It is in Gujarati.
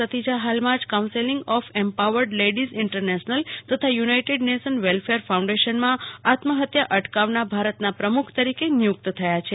સતિજા હાલમાં જ council of empowered ladies international તથા યુનાઈટેડ નેશન વેલ્ફેર ફાઉન્ડેશનમાં આત્મહત્યા અટકાવાના ભારતના પમુખ તરીકે નિયૂકત થયા છે